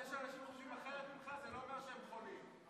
זה שאנשים חושבים אחרת ממך זה לא אומר שהם חולים.